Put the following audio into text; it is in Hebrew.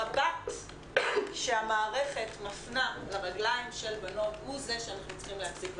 המבט שהמערכת מפנה לרגליים של בנות הוא זה שאנחנו צריכים להפסיק.